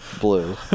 blue